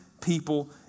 people